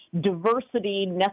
diversity